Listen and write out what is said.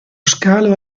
scalo